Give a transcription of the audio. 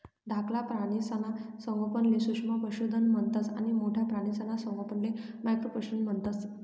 धाकला प्राणीसना संगोपनले सूक्ष्म पशुधन म्हणतंस आणि मोठ्ठा प्राणीसना संगोपनले मॅक्रो पशुधन म्हणतंस